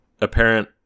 apparent